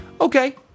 Okay